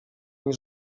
nie